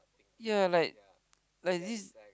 yea like like this